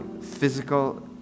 physical